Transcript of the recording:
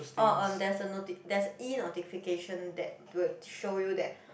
orh um there's a noti~ that's E notification that would show you that